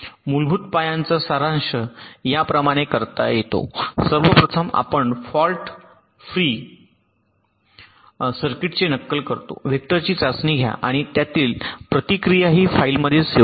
मूलभूत पायांचा सारांश याप्रमाणे करता येतो सर्वप्रथम आपण फॉल्ट फ्री सर्किटचे नक्कल करतो वेक्टरची चाचणी घ्या आणि त्यातील प्रतिक्रियाही फाईलमध्ये सेव्ह करा